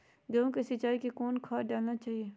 गेंहू के सिंचाई के समय कौन खाद डालनी चाइये?